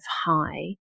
high